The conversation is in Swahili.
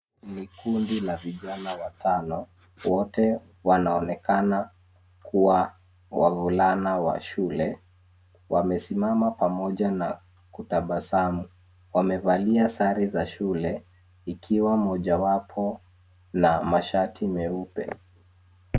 Ni kundi la vijana watano. Wote wanaoekana kua wavulana wa shule. Wamesimama pamoja na kutabasamu. Wamevalia sare za shule, ikiwa mojawapo na mashati meupe.